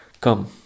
come